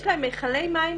יש להם מכלי מים.